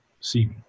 see